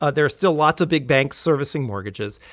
ah there's still lots of big banks servicing mortgages.